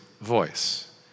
voice